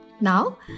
Now